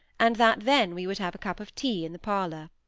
and that then we would have a cup of tea in the parlour.